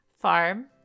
farm